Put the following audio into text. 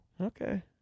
okay